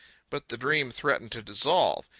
but the dream threatened to dissolve.